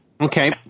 Okay